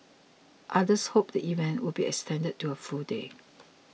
others hoped the event would be extended to a full day